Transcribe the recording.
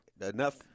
enough